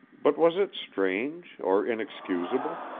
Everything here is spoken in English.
but was it strange or inexcusable